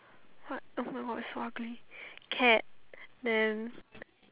what !wah! so ugly cat then